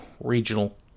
regional